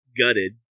gutted